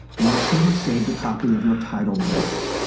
once you have saved a copy of your title list,